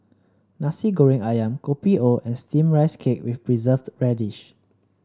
Nasi Goreng ayam Kopi O and steamed Rice Cake with Preserved Radish